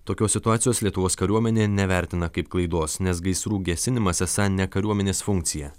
tokios situacijos lietuvos kariuomenė nevertina kaip klaidos nes gaisrų gesinimas esą ne kariuomenės funkcija